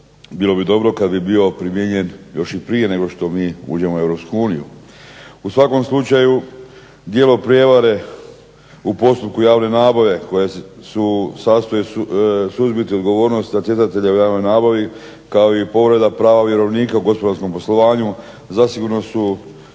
bilo bi dobro kad bi bio primijenjen još i prije nego što mi uđemo u Europsku uniju. U svakom slučaju djelo prijevare u postupku javne nabave koja su, sastoji se, suzbiti odgovornost natjecatelja u javnoj nabavi, kao i povreda prava vjerovnika u gospodarskom poslovanju, zasigurno su